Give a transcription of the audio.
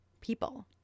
people